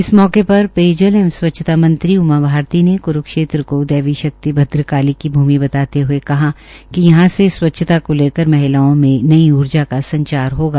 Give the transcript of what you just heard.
इस मौके पर पेयजल एवं स्वच्छता मंत्री उमा भारती ने क्रूक्षेत्र को देवी शक्ति भद्रकालीकी भूमि बताते हये कहा कि यहां से स्वच्छता को लेकर महिलाओं में नई ऊर्जा का संचार होगा